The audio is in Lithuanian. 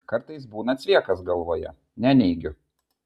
kartais būna cvekas galvoje neneigiu